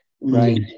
Right